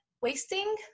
wasting